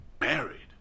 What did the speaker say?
Married